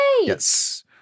Yes